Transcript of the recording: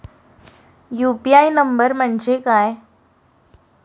UPI number म्हणजे काय?